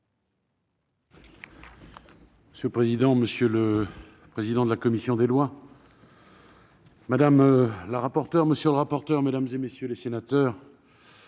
Monsieur le président, monsieur le président de la commission des lois, madame la rapporteure, monsieur le rapporteur, mesdames, messieurs les sénateurs,